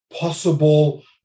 possible